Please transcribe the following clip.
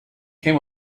came